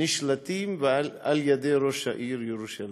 נשלטים על-ידי ראש העיר ירושלים.